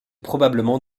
probablement